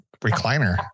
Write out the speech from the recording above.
recliner